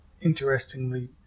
interestingly